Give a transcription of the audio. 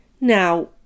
Now